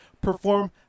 perform